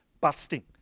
busting